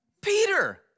Peter